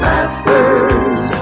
Masters